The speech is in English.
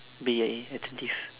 be a~ attentive